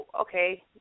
okay